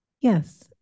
Yes